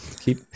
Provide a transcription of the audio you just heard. keep